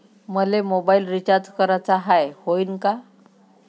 मले mobile recharge कराचा हाय, होईनं का?